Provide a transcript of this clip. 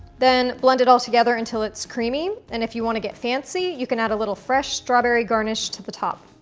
then blend it all together until it's creamy and if you want to get fancy, you can add a little fresh strawberry garnish to the top.